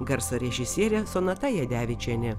garso režisierė sonata jadevičienė